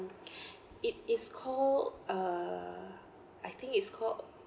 it is called uh I think it's called